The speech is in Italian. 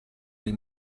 dei